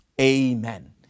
Amen